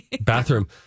bathroom